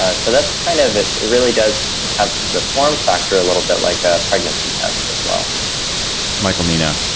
ah so that's kind of it. it really does have the form factor a little bit like a pregnancy test as well michael mina,